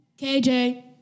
KJ